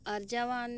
ᱟᱨᱡᱟᱣᱟᱱ